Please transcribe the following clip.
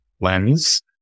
lens